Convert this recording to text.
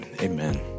Amen